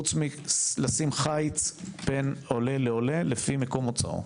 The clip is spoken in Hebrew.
חוץ מלשים חיץ בין עולה לעולה לפי מקום מוצאו,